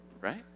right